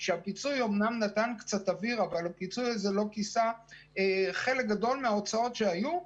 הפיצוי אומנם נתן קצת אוויר אבל הוא לא כיסה חלק גדול מההוצאות שהיו,